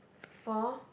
four